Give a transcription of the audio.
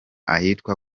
ahitwa